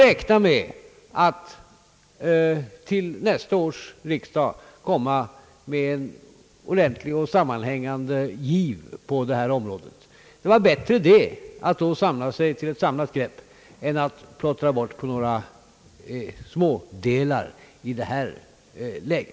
Då kan vi till nästa års riksdag komma med en ordentlig och samlad giv på detta område. Det är bättre att då ta ett samlat grepp än att plottra bort saken med några små höjningar i detta läge.